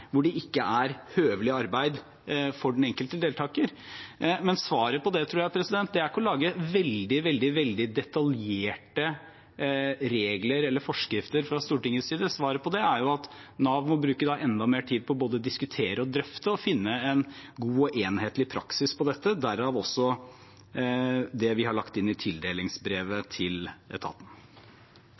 å lage veldig detaljerte regler eller forskrifter fra Stortingets side. Svaret på det er at Nav må bruke enda mer tid på både å diskutere, drøfte og finne en god og enhetlig praksis for dette, derav også det vi har lagt inn i tildelingsbrevet til etaten.